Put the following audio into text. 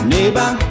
Neighbor